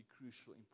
crucial